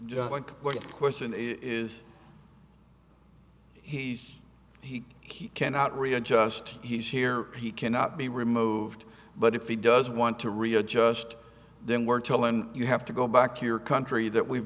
just like what source is he he he cannot readjust he's here he cannot be removed but if he does want to readjust then we're tell him you have to go back to your country that we've